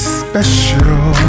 special